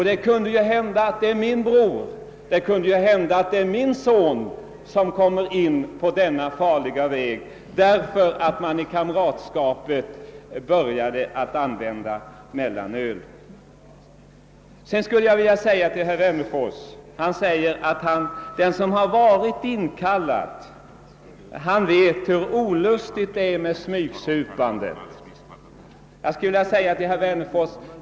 Det kan ju hända att det är vår bror eller vår son som kommer in på denna farliga väg därför att han i kamratkretsen börjat använda mellanöl. Herr Wennerfors säger att den som varit inkallad vet hur olustigt det är med smygsupandet.